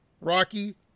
Rocky